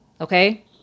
Okay